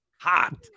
hot